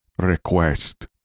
request